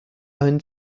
own